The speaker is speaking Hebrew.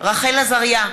רחל עזריה,